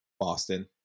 Boston